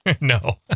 No